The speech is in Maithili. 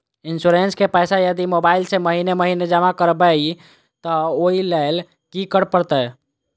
इंश्योरेंस केँ पैसा यदि मोबाइल सँ महीने महीने जमा करबैई तऽ ओई लैल की करऽ परतै?